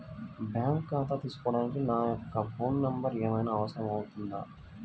Bank ఖాతా తీసుకోవడానికి నా యొక్క ఫోన్ నెంబర్ ఏమైనా అవసరం అవుతుందా?